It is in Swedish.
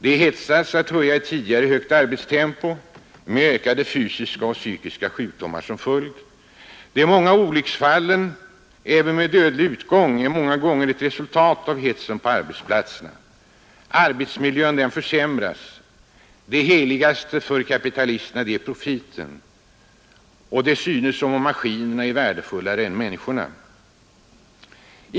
De hetsas att höja ett tidigare högt arbetstempo, med ökade fysiska och psykiska sjukdomar som följd. De många olycksfallen, även med dödlig utgång, är ofta resultat av hetsen på arbetsplatserna. Arbetsmiljön försämras. Det heligaste för kapitalisterna är profiten. Det synes som om maskinerna är värdefullare än människorna.